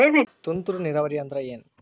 ತುಂತುರು ನೇರಾವರಿ ಅಂದ್ರ ಏನ್?